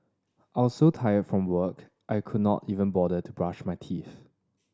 I was so tired from work I could not even bother to brush my teeth